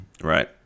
Right